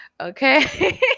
okay